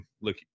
look